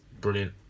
Brilliant